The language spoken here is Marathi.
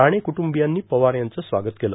राणे क्टंबीयांनी पवार यांचं स्वागत केलं